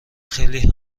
خیلی